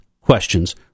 questions